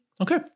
Okay